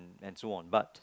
and so on but